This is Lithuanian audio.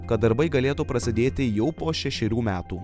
kad darbai galėtų prasidėti jau po šešerių metų